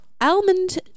almond